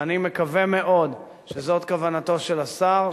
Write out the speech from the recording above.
אני מקווה מאוד שזו כוונתו של השר,